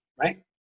Right